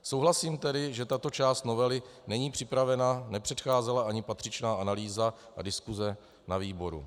Souhlasím tedy, že tato část novely není připravena, nepředcházela ani patřičná analýza a diskuse na výboru.